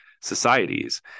societies